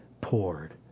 poured